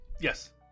Yes